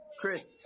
Chris